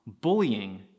Bullying